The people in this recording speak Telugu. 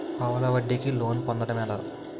పావలా వడ్డీ కి లోన్ పొందటం ఎలా?